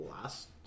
last